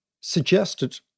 suggested